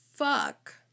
fuck